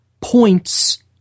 points